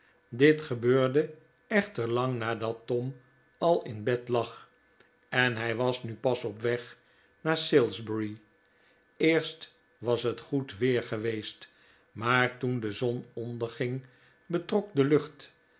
dit gebeurde echter lang nadat tom al in bed lag en hij was nu pas op weg naar salisbury eerst was het goed weer geweest maar toen de zon onderging betrok de lucht